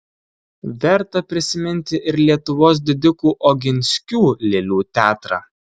verta prisiminti ir lietuvos didikų oginskių lėlių teatrą